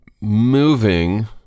moving